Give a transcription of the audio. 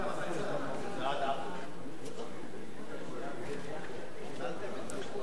ההצעה להעביר את הצעת חוק השקעות משותפות בנאמנות (תיקון,